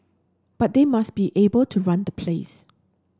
but they must be able to run the place